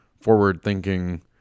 forward-thinking